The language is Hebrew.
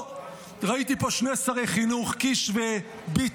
ראיתי פה שני שרי חינוך קיש וביטון,